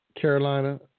Carolina